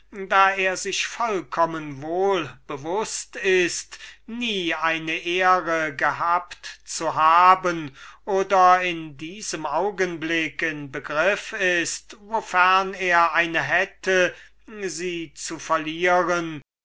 da er sich vollkommen wohl bewußt ist nie keine ehre gehabt zu haben oder in diesem augenblick im begriff ist wofern er eine hätte sie zu verlieren